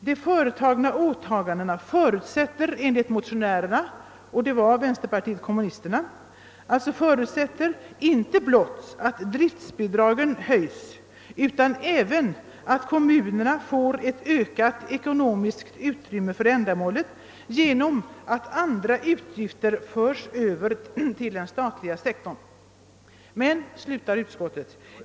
Det föreslagna åläggandet förutsätter enligt motionärerna» — d.v.s. medlemmar av vänsterpartiet kommunisterna — »inte blott att driftbidragen höjs utan även att kommunerna får ett ökat ekonomiskt utrymme för ändamålet : genom att andra .ut gifter förs över till den statliga sektorn.